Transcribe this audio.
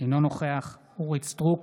אינו נוכח אורית מלכה סטרוק,